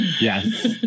yes